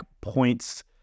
points